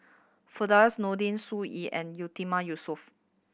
Firdaus Nordin Sun Yee and Yatiman Yusof